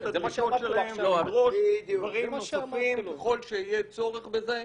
הדרישות שלהם ולדרוש דברים נוספים ככל שיהיה צורך בזה.